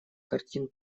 картин